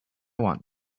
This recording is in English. want